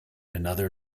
another